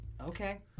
Okay